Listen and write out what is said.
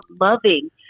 loving